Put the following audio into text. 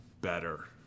better